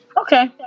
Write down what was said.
Okay